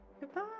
goodbye